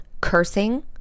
cursing